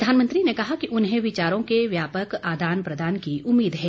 प्रधानमंत्री ने कहा कि उन्हें विचारों के व्यापक आदान प्रदान की उम्मीद है